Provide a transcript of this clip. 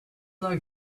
like